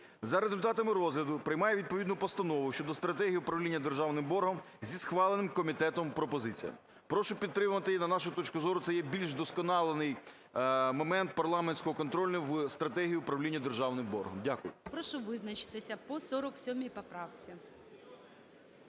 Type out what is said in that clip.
За результатами розгляду приймає відповідну постанову щодо стратегії управління державним боргом зі схваленими комітетом пропозиціями. Прошу підтримати, і, на нашу точку зору, це є більш вдосконалений момент парламентського контролю в стратегії управління державним боргом. Дякую. ГОЛОВУЮЧИЙ. Прошу визначитися по 47 поправці.